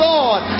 Lord